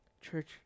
Church